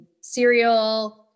cereal